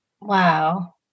Wow